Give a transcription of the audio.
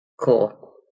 Cool